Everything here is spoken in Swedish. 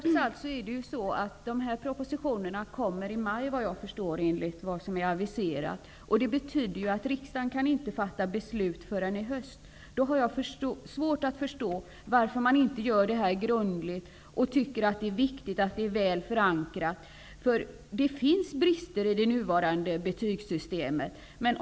Fru talman! Det är trots allt så, att dessa propositioner kommer i maj enligt vad som är aviserat. Det betyder att riksdagen inte kan fatta beslut förrän i höst. Då har jag svårt att förstå varför man inte gör detta grundligt. Det är viktigt att det är väl förankrat. Det finns brister i det nuvarande betygssystemet.